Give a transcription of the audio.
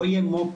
לא יהיה מו"פ,